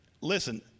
listen